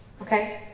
okay,